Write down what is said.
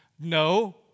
No